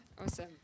Awesome